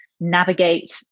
navigate